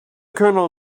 colonel